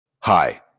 Hi